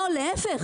איזו מן טענה